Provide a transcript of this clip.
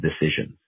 decisions